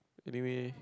anyway